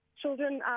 Children